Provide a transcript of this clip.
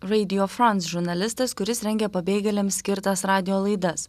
raidiofrans žurnalistas kuris rengė pabėgėliams skirtas radijo laidas